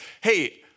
hey